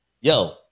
Yo